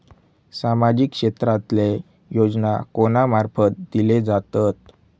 सामाजिक क्षेत्रांतले योजना कोणा मार्फत दिले जातत?